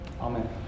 Amen